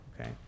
Okay